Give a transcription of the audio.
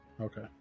Okay